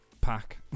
pack